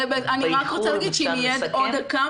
עוד דקה.